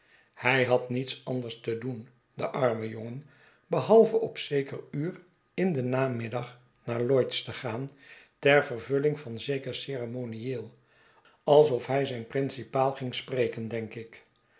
hij had niets anders te doen de arme jongen behalve op zeker uur in den namiddag naar lloyd's te gaan ter vervulling van zeker ceremonieel alsof hij zijn principaal ging spreken denk ik